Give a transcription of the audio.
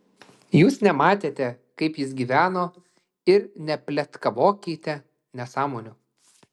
jūs nematėte kaip jis gyveno ir nepletkavokite nesąmonių